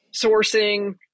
sourcing